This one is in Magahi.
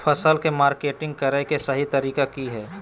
फसल के मार्केटिंग करें कि सही तरीका की हय?